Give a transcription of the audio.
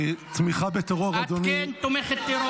תמיכה בטרור, אדוני --- את כן תומכת טרור.